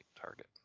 target